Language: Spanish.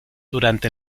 durante